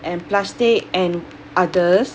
and plastic and others